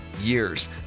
years